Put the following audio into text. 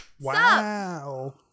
Wow